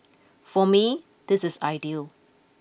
for me this is ideal